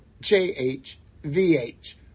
J-H-V-H